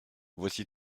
voici